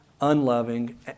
unloving